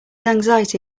anxiety